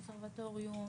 קונסרבטוריום.